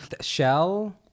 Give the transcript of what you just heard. Shell